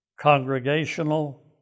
Congregational